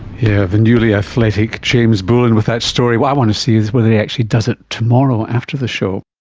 yeah the newly athletic james bullen with that story. what i want to see is whether he actually does it tomorrow after the show